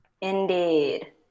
Indeed